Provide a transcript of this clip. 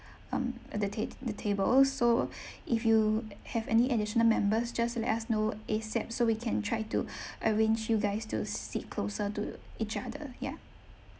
um the tat~ the table so if you have any additional members just let us know ASAP so we can try to arrange you guys to sit closer to each other ya